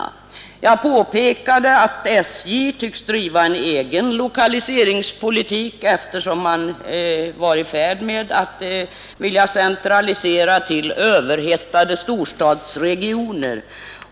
Vidare påpekade jag, att SJ tycks driva en egen lokaliseringspolitik, eftersom man var i färd med att vilja centralisera till överhettade storstadsregioner.